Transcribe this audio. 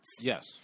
Yes